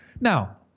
now